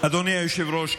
היושב-ראש,